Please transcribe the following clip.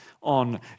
on